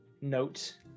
note